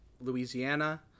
Louisiana